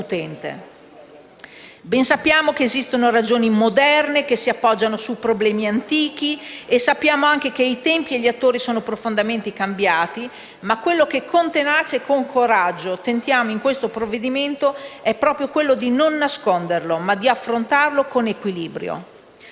Ben sappiamo che esistono ragioni moderne che si appoggiano su problemi antichi e sappiamo anche che i tempi e gli attori sono profondamente cambiati. Ma quello che con tenacia e coraggio tentiamo di fare in questo provvedimento è proprio di non nasconderlo, e di affrontarlo con equilibrio.